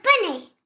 bunny